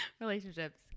relationships